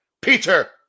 Peter